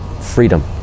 freedom